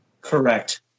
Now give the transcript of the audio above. Correct